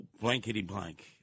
blankety-blank